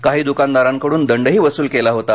काही दुकानदारांकडून दंडही वसूल केला होता